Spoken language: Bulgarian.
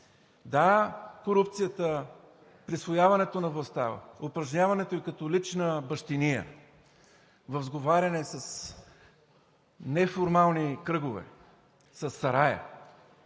Да, корупцията, присвояването на властта, упражняването ѝ като лична бащиния, сговаряне с неформални кръгове, със Сарая